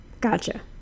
Gotcha